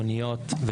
מוניות,